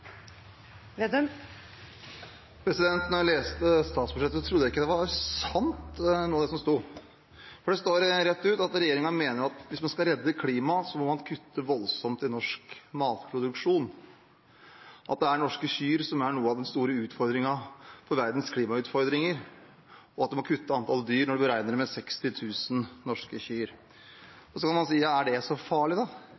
jeg leste statsbudsjettet, trodde jeg ikke det var sant, noe av det som står der. Det står rett ut at regjeringen mener at hvis man skal redde klimaet, må man kutte voldsomt i norsk matproduksjon – at norske kyr er en stor utfordring i forbindelse med verdens klimautfordringer og at man må kutte i antall dyr, og man beregner det til 60 000 norske